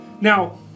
now